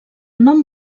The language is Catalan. nom